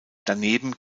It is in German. daneben